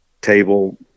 table